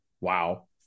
wow